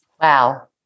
Wow